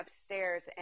upstairs